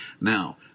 Now